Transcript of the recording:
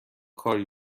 کاری